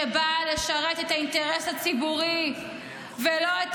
שבאה לשרת את האינטרס הציבורי ולא את